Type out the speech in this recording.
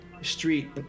street